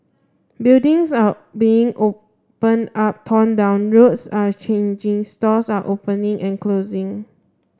buildings are being opened up torn down roads are changing stores are opening and closing